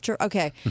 Okay